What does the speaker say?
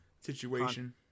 situation